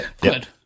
good